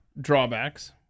drawbacks